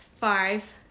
five